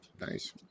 nice